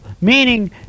meaning